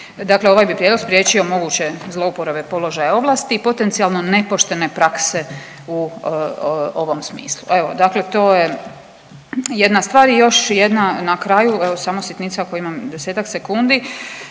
Dakle ovaj bi prijedlog spriječio moguće zlouporabe položaja i ovlasti i potencijalno nepoštene prakse u ovom smislu. Evo, dakle, to je jedna stvar. I još jedna na kraju, evo, samo sitnica, ako imam desetak sekundi,